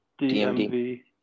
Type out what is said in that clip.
DMV